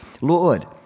Lord